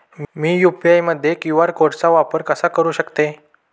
मी UPI मध्ये QR code कसा वापरु शकते?